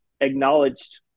acknowledged